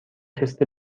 تست